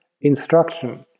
instruction